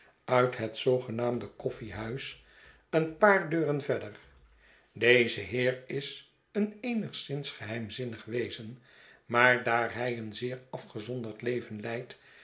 uit het zoogenaamde koffiehuis een paar deuren verder deze heer is een eenigszins geheimzinnig wezen maar daar hij een zeer afgezonderd leven leidt